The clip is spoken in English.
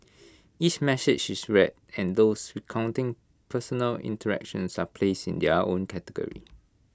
each message is read and those recounting personal interactions are placed in their own category